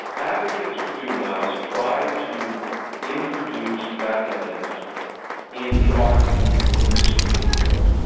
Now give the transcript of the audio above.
advocates for juveniles try to introduce that evidence in the arguments in the supreme court.